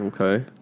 Okay